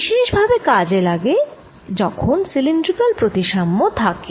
এটি বিশেষ ভাবে কাজে লাগে যখন সিলিন্ড্রিকাল প্রতিসাম্য থাকে